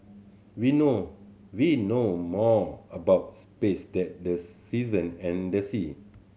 we know we know more about space than the season and the sea